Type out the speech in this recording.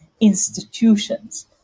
institutions